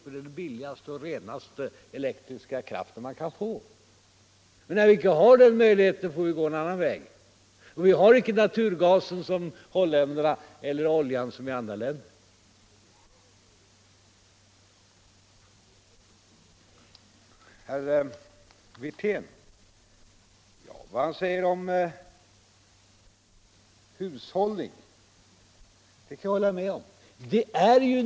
Det är den billigaste och renaste elektriska kraft man kan få. Men när vi inte har den möjligheten får vi gå en annan väg. Vi har icke naturgas som holländarna eller olja som en del andra länder. Vad herr Wirtén sade om hushållning håller jag med om.